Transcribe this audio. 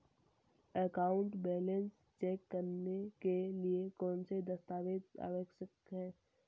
Account balance check करने के लिए कौनसे दस्तावेज़ आवश्यक हैं?